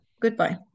goodbye